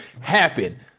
happen